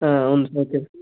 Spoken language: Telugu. అవును ఓకే